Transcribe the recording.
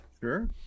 Sure